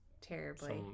terribly